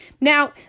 Now